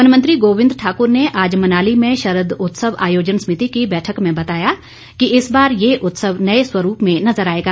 one मंत्री गोबिंद ठाक्र ने आज मनाली में शरद उत्सव आयोजन समिति की बैठक में बताया कि इस बार ये उत्सव नए स्वरूप में नजर आएगा